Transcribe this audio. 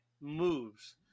moves